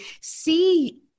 see